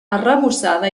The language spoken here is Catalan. arrebossada